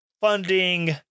funding